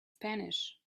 spanish